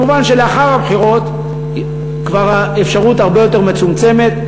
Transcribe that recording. מובן שלאחר הבחירות האפשרות הרבה יותר מצומצמת.